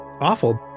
awful